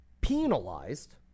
penalized